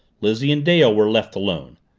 lizzie and dale were left alone.